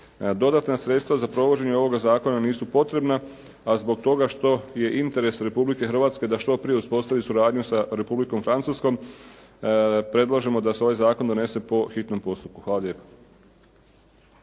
Dodatna sredstva za provođenje ovoga zakona nisu potrebna, a zbog toga što je interes Republike Hrvatske da što prije uspostavi suradnju s Republikom Francuskom predlažemo da se ovaj zakon donese po hitnom postupku. Hvala lijepa.